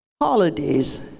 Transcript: Holidays